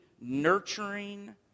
nurturing